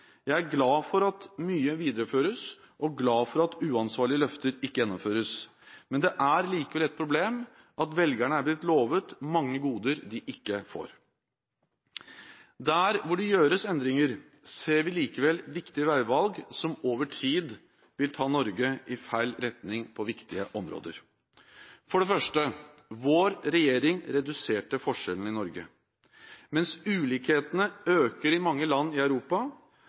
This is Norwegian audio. Jeg er glad for at mye videreføres, og glad for at uansvarlige løfter ikke gjennomføres, men det er likevel et problem at velgerne er blitt lovet mange goder de ikke får. Der hvor det gjøres endringer, ser vi likevel viktige veivalg som over tid vil ta Norge i feil retning på viktige områder. For det første: Vår regjering reduserte forskjellene i Norge. Mens ulikhetene øker i mange land i Europa,